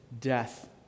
death